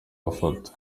mafoto